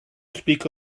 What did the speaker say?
speak